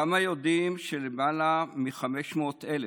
כמה יודעים שלמעלה מ-500,000,